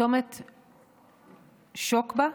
צומת שוקבא,